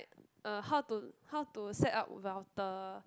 uh how to how to set up router